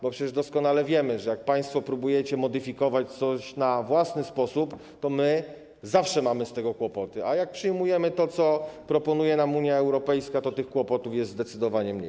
Bo przecież doskonale wiemy, że gdy państwo próbujecie modyfikować coś na własny sposób, to my zawsze mamy z tego powodu kłopoty, a gdy przyjmujemy to, co proponuje nam Unia Europejska, to tych kłopotów jest zdecydowanie mniej.